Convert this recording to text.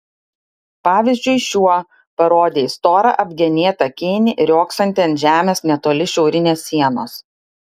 pavyzdžiui šiuo parodė į storą apgenėtą kėnį riogsantį ant žemės netoli šiaurinės sienos